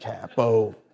capo